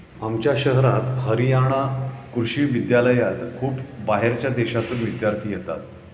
आमच्या शहरात हरयाणा कृषि विश्वविद्यालयात खूप बाहेरच्या देशांतून विद्यार्थी येतात